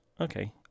Okay